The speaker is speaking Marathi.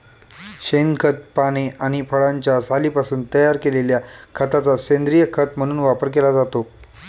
शेणखत, पाने आणि फळांच्या सालींपासून तयार केलेल्या खताचा सेंद्रीय खत म्हणून वापर केला जातो